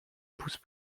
pousse